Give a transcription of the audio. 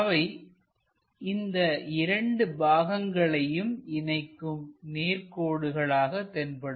அவை இந்த இரண்டு பாகங்களையும் இணைக்கும் நேர்கோடுகளாக தென்படும்